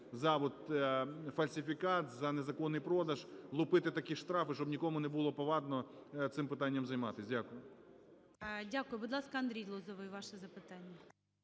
от, фальсифікат, за незаконний продаж влупити такі штрафи, щоб нікому не було повадно цим питанням займатись. Дякую. ГОЛОВУЮЧИЙ. Дякую. Будь ласка, Андрій Лозовой, ваше запитання.